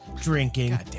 drinking